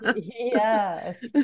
Yes